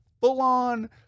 full-on